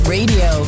Radio